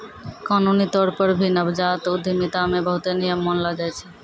कानूनी तौर पर भी नवजात उद्यमिता मे बहुते नियम मानलो जाय छै